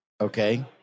Okay